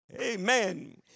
Amen